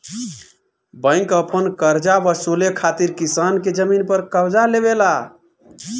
bank अपन करजा वसूले खातिर किसान के जमीन पर कब्ज़ा लेवेला